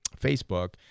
facebook